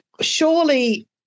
Surely